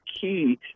key